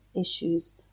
issues